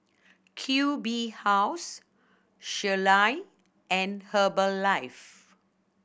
Q B House Sealy and Herbalife